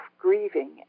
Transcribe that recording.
grieving